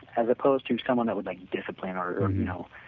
as opposed to to someone that would like discipline um or you know.